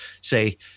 say